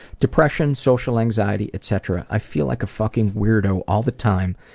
depression, social anxiety, etc. i feel like a fucking weirdo all the time,